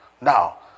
Now